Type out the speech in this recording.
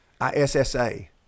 I-S-S-A